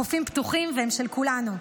החופים פתוחים, והם של כולנו.